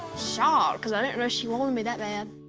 shocked, cause i didn't know she wanted me that bad.